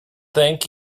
thank